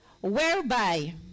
whereby